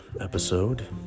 episode